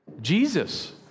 Jesus